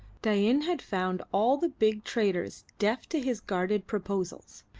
dain had found all the big traders deaf to his guarded proposals,